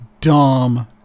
dumb